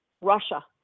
Russia